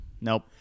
Nope